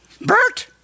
Bert